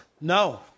No